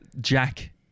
Jack